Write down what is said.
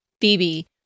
Phoebe